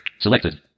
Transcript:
selected